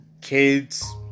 Kids